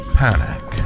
panic